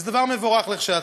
וזה דבר מבורך כשלעצמו.